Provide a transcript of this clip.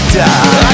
die